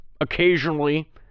occasionally